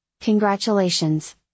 Congratulations